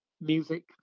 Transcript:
music